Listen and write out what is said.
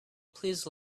please